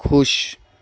خوش